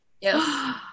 Yes